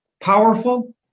powerful